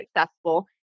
successful